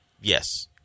Yes